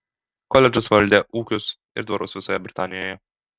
koledžas valdė ūkius ir dvarus visoje britanijoje